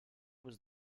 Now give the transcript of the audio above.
was